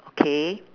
okay